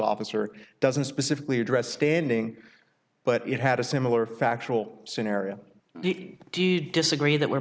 officer doesn't specifically address standing but it had a similar factual scenario the deed disagree that we're